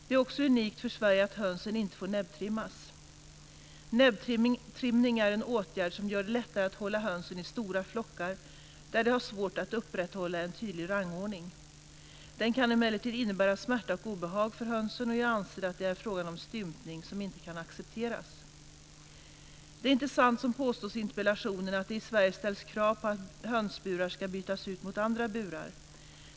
Det är också unikt för Sverige att hönsen inte får näbbtrimmas. Näbbtrimning är en åtgärd som gör det lättare att hålla höns i stora flockar där de har svårt att upprätthålla en tydlig rangordning. Den kan emellertid innebära smärta och obehag för hönsen, och jag anser att det är fråga om stympning som inte kan accepteras. Det är inte sant som påstås i interpellationen att det i Sverige ställs krav på att hönsburar ska bytas ut mot andra burar.